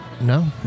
No